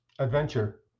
Adventure